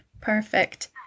Perfect